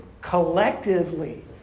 collectively